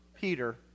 Peter